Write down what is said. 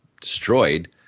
destroyed